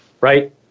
right